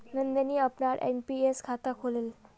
नंदनी अपनार एन.पी.एस खाता खोलले